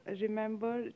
Remember